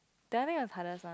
did I bring your tunnels one